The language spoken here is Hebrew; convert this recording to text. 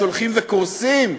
שהולכים וקורסים,